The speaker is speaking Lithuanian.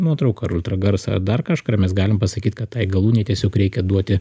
nuotrauką ar ultragarsą ar dar kažką ir mes galim pasakyt kad tai galūnei tiesiog reikia duoti